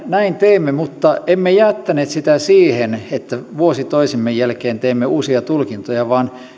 näin teimme mutta emme jättäneet sitä siihen että vuosi toisen jälkeen teemme uusia tulkintoja vaan